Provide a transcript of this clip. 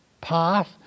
path